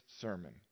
sermon